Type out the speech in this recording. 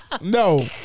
No